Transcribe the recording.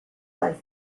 life